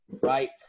Right